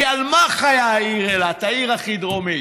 כי על מה חיה העיר אילת, העיר הכי דרומית?